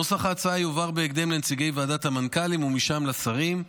נוסח ההצעה יועבר בהקדם לנציגי ועדת המנכ"לים ומשם לשרים,